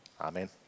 Amen